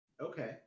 Okay